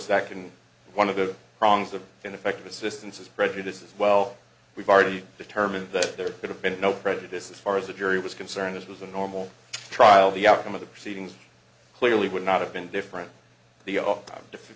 second one of the wrongs of ineffective assistance is prejudice as well we've already determined that there would have been no prejudice as far as the jury was concerned it was a normal trial the outcome of the proceedings clearly would not have been different the op different